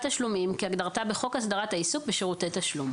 תשלומים" כהגדרתה בחוק הסדרת העיסוק בשירותי תשלום".